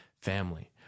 family